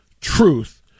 Truth